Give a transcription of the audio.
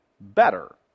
better